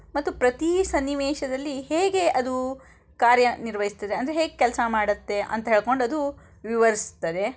ಮತ್ತು ಪ್ರತಿ ಸನ್ನಿವೇಶದಲ್ಲಿ ಹೇಗೆ ಅದು ಕಾರ್ಯ ನಿರ್ವಹಿಸ್ತದೆ ಅಂದರೆ ಕೆಲಸ ಮಾಡತ್ತೆ ಅಂತ ಹೇಳ್ಕೊಂಡು ಅದು ವಿವರಿಸ್ತದೆ